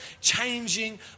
changing